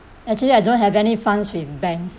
actually I don't have any funds with banks